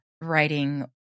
writing